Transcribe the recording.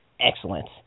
Excellent